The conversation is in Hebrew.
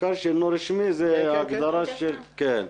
מוכר שאינו רשמי זה הגדרה של --- כן, כן, כן.